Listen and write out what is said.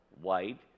white